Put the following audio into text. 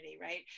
right